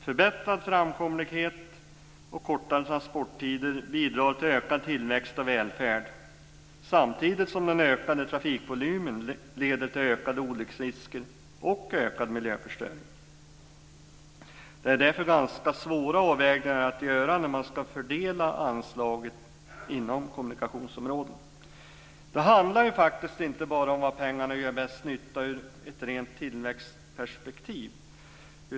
Förbättrad framkomlighet och kortare transporttider bidrar till att öka tillväxt och välfärd samtidigt som den ökade trafikvolymen leder till ökade olycksrisker och ökad miljöförstöring. Det är ganska svåra avvägningar att göra när man ska fördela anslaget inom kommunikationsområdet. Det handlar ju faktiskt inte bara om var pengarna gör bäst nytta ur ett rent tillväxtperspektiv.